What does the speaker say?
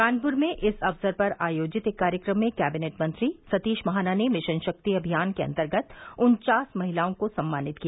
कानपुर में इस अवसर पर आयोजित एक कार्यक्रम में कैबिनेट मंत्री सतीश महाना ने मिशन शक्ति अभियान के अंतर्गत उन्चास महिलाओं को सम्मानित किया